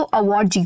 award